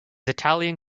italian